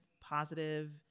positive